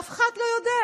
אף אחד לא יודע,